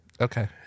Okay